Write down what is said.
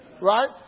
right